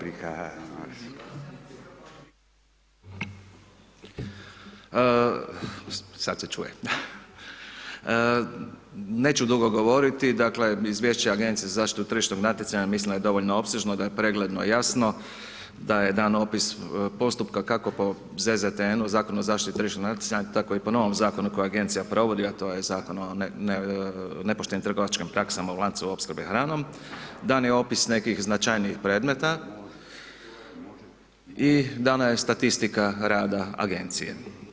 Neću dugo govoriti, dakle izvješće agencije za zaštitu tržišnog natjecanja mislim da je dovoljno opsežno, da je pregledno, jasno, da je dan opis postupka kako po ZZTN-u, Zakonu o zaštiti tržišnog natjecanja, tako i po novom zakonu koji agencija provodi a to je Zakon o nepoštenim trgovačkim praksama u lancu opskrbe hranom dani opis nekih značajnijih predmeta i dana je statistika rada agencije.